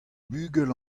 bugel